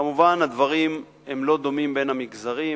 כמובן, הדברים לא דומים בין המגזרים,